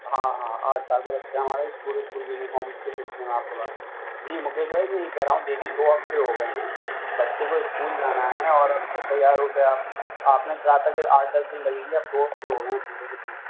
ہاں ہاں آٹھ سال کا بچہ ہمارا اسکول اسکول یونیفام کے سلسلے میں آپ سے بات ہوئی تھی جی مُکیش بھائی میں یہ کہہ رہا ہوں دیکھیں دو ہفتے ہو گئے ہیں بچے کو اسکول جانا ہے اور ابھی تیار ہو کے آپ آپ نے کہا تھا کہ آٹھ دس دِن لگیں گے اب دو ہفتے ہو گئے ہیں پورے کے پورے